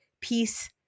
peace